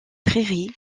prairies